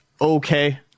okay